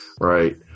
right